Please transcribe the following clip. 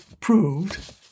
proved